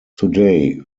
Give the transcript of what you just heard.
today